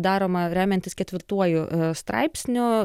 daroma remiantis ketvirtuoju straipsniu